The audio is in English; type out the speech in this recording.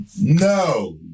No